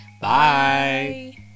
bye